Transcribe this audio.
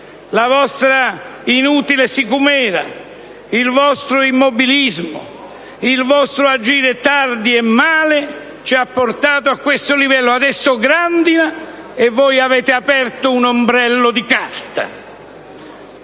La vostra inutile sicumera, il vostro immobilismo, il vostro agire tardi e male ci hanno portato a questo livello. Adesso grandina e voi avete aperto un ombrello di carta.